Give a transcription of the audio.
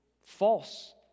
false